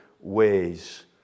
Ways